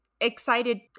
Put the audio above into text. excited